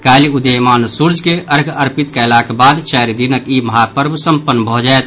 काल्हि उदयीमान सूर्य के अर्घ्य अर्पित कयलाक बाद चारि दिनक ई महापर्व सम्पन्न भऽ जायत